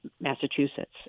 Massachusetts